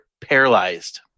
paralyzed